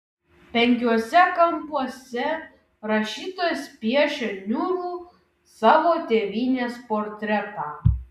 penkiuose kampuose rašytojas piešia niūrų savo tėvynės portretą